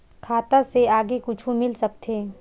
खाता से आगे कुछु मिल सकथे?